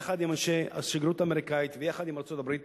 יחד עם אנשי השגרירות האמריקנית ויחד עם ארצות-הברית,